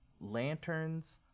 Lanterns